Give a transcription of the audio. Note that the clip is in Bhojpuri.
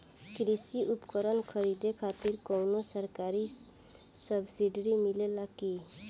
कृषी उपकरण खरीदे खातिर कउनो सरकारी सब्सीडी मिलेला की?